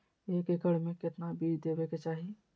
एक एकड़ मे केतना बीज देवे के चाहि?